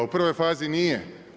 U prvoj fazi nije.